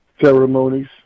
ceremonies